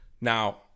Now